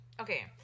Okay